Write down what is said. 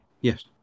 Yes